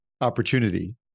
opportunity